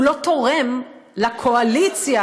הוא לא תורם לקואליציה,